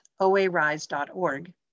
oarise.org